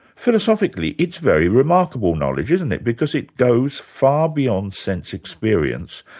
philosophically, it's very remarkable knowledge, isn't it, because it goes far beyond sense experience,